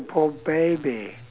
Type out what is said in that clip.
poor baby